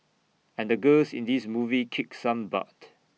and the girls in this movie kick some butt